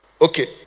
Okay